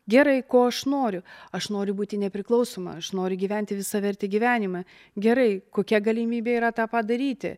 gerai ko aš noriu aš noriu būti nepriklausoma aš noriu gyventi visavertį gyvenimą gerai kokia galimybė yra tą padaryti